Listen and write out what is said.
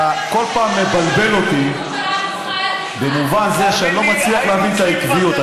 אתה כל פעם מבלבל אותי במובן זה שאני לא מצליח להבין את העקביות.